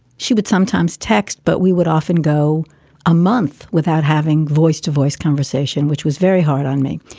she would sometimes text, but we would often go a month without having voice to voice conversation, which was very hard on me.